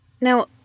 Now